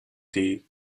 the